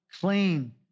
clean